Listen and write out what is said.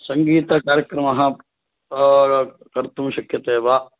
सङ्गीतकार्यक्रमः कर्तुं शक्यते वा